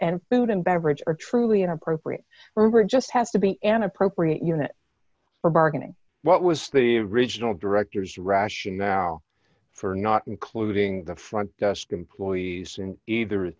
and booed and beverages are truly inappropriate remember it just has to be an appropriate unit for bargaining what was the original director's rationale for not including the front desk employees in either